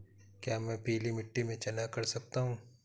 क्या मैं पीली मिट्टी में चना कर सकता हूँ?